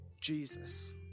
Jesus